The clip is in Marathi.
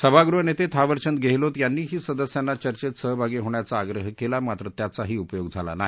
सभागृह नेते थावरचंद गेहलोत यांनीही सदस्यांना चर्चेत सहभागी होण्याचा आग्रह केला मात्र त्याचाही उपयोग झाला नाही